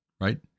right